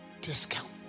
discount